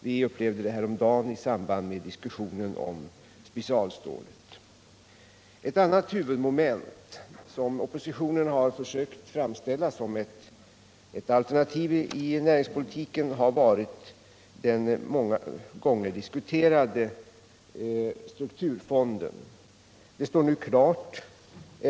Detta upplevde vi häromdagen i samband med diskussionen om specialstålet. Ett annat huvudmoment som oppositionen har försökt framställa som ett alternativ i näringspolitiken har varit den många gånger diskuterade socialdemokratiska strukturfonden.